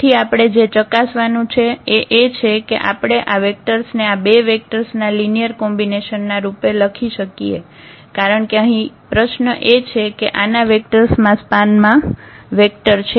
તેથી આપણે જે ચકાસવાનું એ છે કે શું આપણે આ વેક્ટર્સ ને આ બે વેક્ટર્સ ના લિનિયર કોમ્બિનેશનના રૂપે લખી શકીએ કારણ કે અહીં પ્રશ્ન એ છે કે આના વેક્ટર્સ ના સ્પાન માં આ વેક્ટર છે